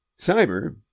Cyber